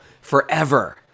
forever